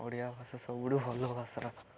ଓଡ଼ିଆ ଭାଷା ସବୁଠୁ ଭଲ ଭାଷା